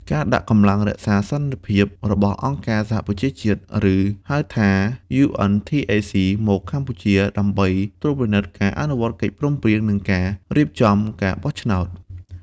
ការដាក់កម្លាំងរក្សាសន្តិភាពរបស់អង្គការសហប្រជាជាតិ ឬ ហៅថា UNTAC មកកម្ពុជា ដើម្បីត្រួតពិនិត្យការអនុវត្តកិច្ចព្រមព្រៀង និងការរៀបចំការបោះឆ្នោត។